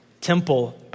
temple